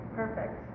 perfect